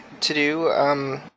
to-do